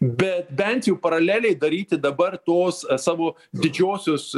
bet bent jau paraleliai daryti dabar tuos savo didžiosios